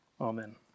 Amen